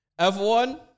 F1